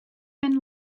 and